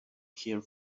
care